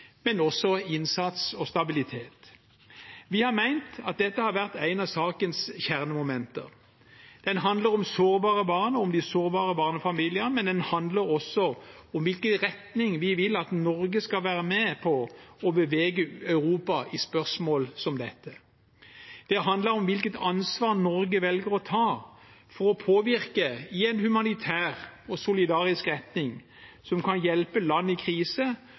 innsats og stabilitet. Vi har ment at dette har vært et av sakens kjernemomenter. Den handler om sårbare barn og om de sårbare barnefamiliene, men den handler også om hvilken retning vi vil at Norge skal være med på å bevege Europa i i spørsmål som dette. Det handler om hvilket ansvar Norge velger å ta for å påvirke i en humanitær og solidarisk retning, som kan hjelpe land i krise,